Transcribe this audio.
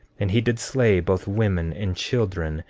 and he did slay both women and children,